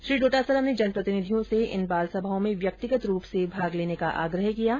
श्री डोटासरा ने जनप्रतिनिधियों से इन बालसभाओं में व्यक्तिगत रूप से भाग लेने का आग्रह किया है